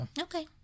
Okay